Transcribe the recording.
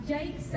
Jake